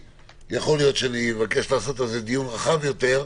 שיכול להיות שאני אבקש לעשות על זה דיון רחב יותר,